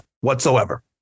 whatsoever